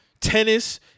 tennis